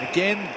Again